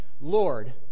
lord